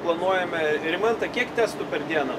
planuojame rimantai kiek testų per dieną